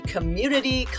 Community